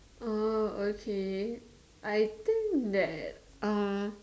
uh okay I think that uh